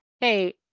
hey